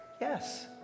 Yes